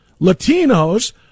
Latinos